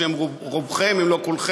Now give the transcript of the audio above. בשם רובכם אם לא כולכם,